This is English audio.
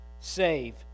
save